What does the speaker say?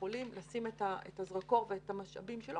החולים לשים את הזרקור ואת המשאבים שלו,